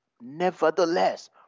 nevertheless